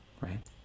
right